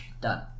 done